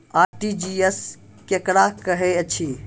RTGS केकरा कहैत अछि?